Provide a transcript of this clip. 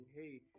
hey